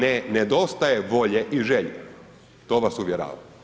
Ne nedostaje volje i želje, to vas uvjeravam.